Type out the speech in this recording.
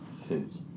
foods